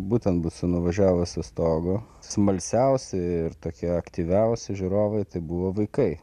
būtent su nuvažiavusiu stogu smalsiausi ir tokie aktyviausi žiūrovai tai buvo vaikai